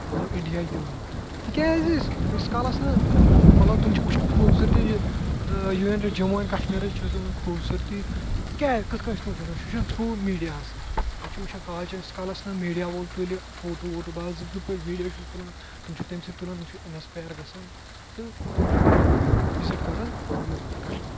مطلب انڈیا تٕکیٛازِ ییٖتِس کالس نہٕ مطلب تِم چھِ وٕچھان خوٗبصوٗرتی یہِ یوٗنین جموں اینڈ کشمیرٕچ خوٗبصوٗرتی کیٛاز کِتھ کٔنۍ چھِ تِم وٕچھان تِم چھِ وٕچھان تھٕروٗ میٖڈیاہس سۭتۍ تِم چھِ وٕچھان کالچَن ییٖتِس کالس نہٕ میٖڈیا وول تُلہِ فوٹو ووٹو باضٲبطہٕ پٲٹھۍ ویٖڈیو چھُ تُلان تِم چھِ تمہِ سۭتۍ تُلان تِم چھِ اِنس پایر گژھان تہٕ تِم چھِ پتہٕ وِزٹ کران یور کشمیر